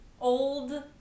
old